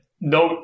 No